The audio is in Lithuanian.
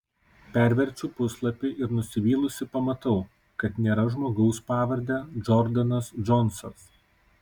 perverčiu puslapį ir nusivylusi pamatau kad nėra žmogaus pavarde džordanas džonsas